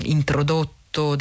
Introdotto